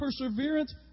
perseverance